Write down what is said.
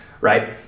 right